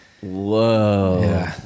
Whoa